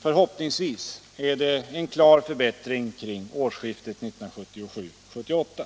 Förhoppningsvis är det en klar förbättring kring årsskiftet 1977-1978.